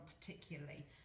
particularly